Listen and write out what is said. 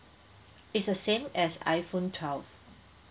it's the same as iphone twelve